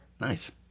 Nice